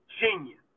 genius